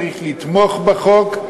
צריך לתמוך בחוק,